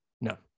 No